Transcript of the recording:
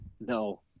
No